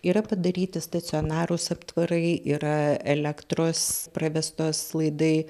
yra padaryti stacionarūs aptvarai yra elektros pravestos laidai